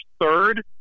third